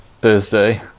Thursday